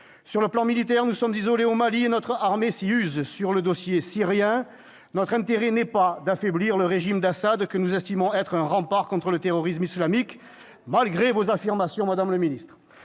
Sur le plan militaire, nous sommes isolés au Mali et notre armée s'y use. Sur le dossier syrien, notre intérêt n'est pas d'affaiblir le régime d'Assad, que nous estimons être un rempart contre le terrorisme islamique, malgré vos affirmations, madame le ministre.